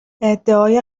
ادعای